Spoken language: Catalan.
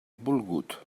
volgut